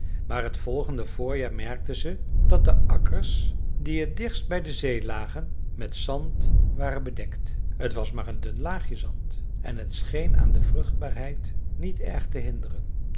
maar het volgend voorjaar merkten ze dat de akkers die het dichtst bij de zee lagen met zand waren bedekt t was maar een dun laagje zand en het scheen aan de vruchtbaarheid niet erg te hinderen